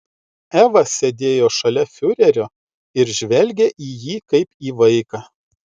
eva sėdėjo šalia fiurerio ir žvelgė į jį kaip į vaiką